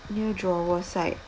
near drawer side